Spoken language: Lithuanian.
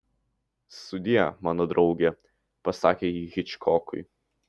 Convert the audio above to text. sudie mano drauge pasakė ji hičkokui